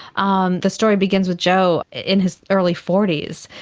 um the story begins with joe in his early forty s.